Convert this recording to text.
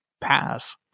pass